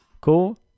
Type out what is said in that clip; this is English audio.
Cool